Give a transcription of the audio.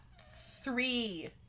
three